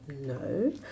No